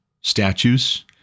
statues